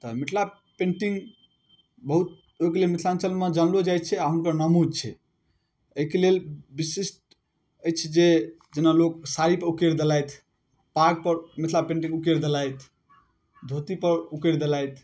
तऽ मिथिला पेन्टिङ्ग बहुत ओहिके लेल मिथिलाञ्चलमे जानलो जाइ छै आओर हुनकर नामो छै एहिके लेल विशिष्ट अछि जे जेना लोक साड़ीपर उकेरि देलथि पागपर मिथिला पेन्टिङ्ग उकेरि देलथि धोतीपर उकेरि देलथि